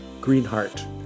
Greenheart